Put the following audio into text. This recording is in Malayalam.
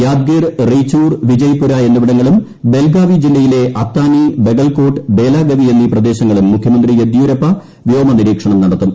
യാദ്ഗിർ ഐയ്ച്ചൂർ വിജയപൂര എന്നിപിടങ്ങളും ബെൽഗാവി ജില്ലയിലെ അത്താനി ബഗൽകോട്ട് ബേലാഗവി എന്നീ പ്രദേശ ങ്ങളിലും മുഖ്യമന്ത്രി യെദിയൂരപ്പ വ്യോമനിരീക്ഷണം നടത്തും